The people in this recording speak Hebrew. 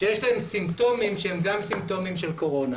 שיש להם סימפטומים שהם גם סימפטומים של קורונה